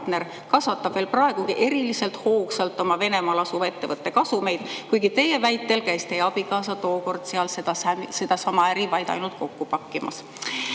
kasvatab veel praegugi eriliselt hoogsalt oma Venemaal asuva ettevõtte kasumeid, kuigi teie väitel käis teie abikaasa tookord seal sedasama äri vaid ainult kokku pakkimas. Tänu